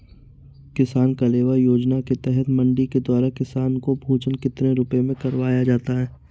किसान कलेवा योजना के तहत मंडी के द्वारा किसान को भोजन कितने रुपए में करवाया जाता है?